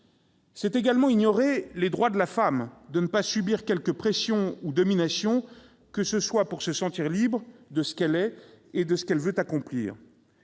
C'est également ignorer les droits de la femme de ne pas subir quelque pression ou domination que ce soit pour se sentir libre de ce qu'elle est et de ce qu'elle veut accomplir.